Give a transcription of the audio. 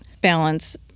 balance